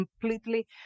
completely